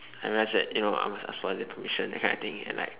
I realised that you know I must ask for their permission that kind of thing and like